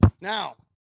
Now